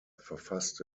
verfasste